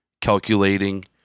calculating